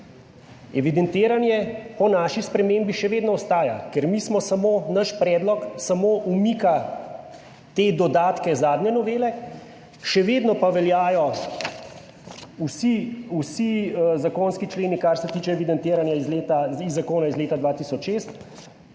Evidentiranje po naši spremembi še vedno ostaja, ker mi smo samo naš predlog, samo umika te dodatke, zadnje novele, še vedno pa veljajo vsi zakonski členi, kar se tiče evidentiranja iz zakona iz leta 2006,